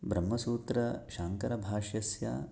ब्रह्मसूत्रशाङ्करभाष्यस्य